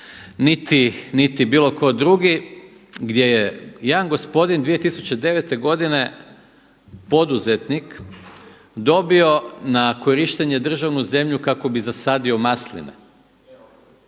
niti bilo tko drugi gdje je jedan gospodin 2009. godine poduzetnik dobio na korištenje državnu zemlju kako bi zasadio masline.